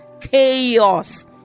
chaos